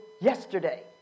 yesterday